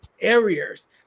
areas